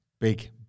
Big